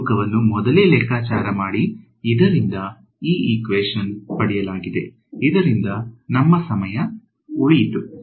ಈ ತೂಕವನ್ನು ಮೊದಲೇ ಲೆಕ್ಕಾಚಾರ ಮಾಡಿ ಇದರಿಂದ ಪಡೆಯಲಾಗಿದೆ ಇದರಿಂದ ನಮ್ಮ ಸಮಯ ಉಳಿಯಿತು